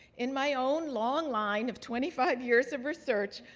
in my own long line of twenty five years of research,